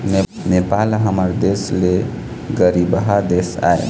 नेपाल ह हमर देश ले गरीबहा देश आय